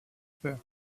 père